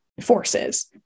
forces